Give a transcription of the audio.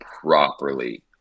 properly